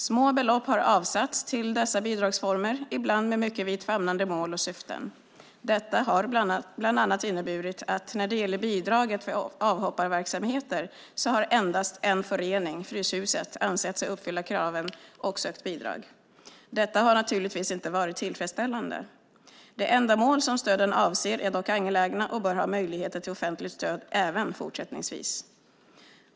Små belopp har avsatts till dessa bidragsformer, ibland med mycket vitt famnande mål och syften. Detta har bland annat inneburit att när det gäller bidraget för avhopparverksamheter har endast en förening, Fryshuset, ansett sig uppfylla kraven och sökt bidrag. Detta har naturligtvis inte varit tillfredsställande. De ändamål som stöden avser är dock angelägna och bör ha möjligheter till offentligt stöd även fortsättningsvis.